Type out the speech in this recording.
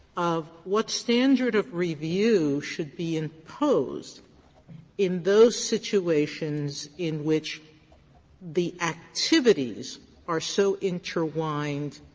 of what standard of review should be imposed in those situations in which the activities are so intertwined,